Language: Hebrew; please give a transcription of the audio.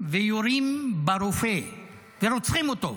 ויורים ברופא ורוצחים אותו.